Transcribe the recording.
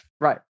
Right